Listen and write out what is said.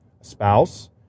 spouse